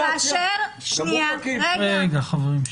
רגע, חברים.